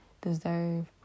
deserve